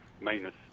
maintenance